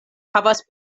havas